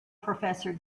professor